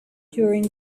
during